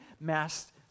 mass